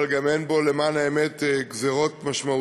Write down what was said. אבל גם אין בו, למען האמת, גזירות משמעותיות.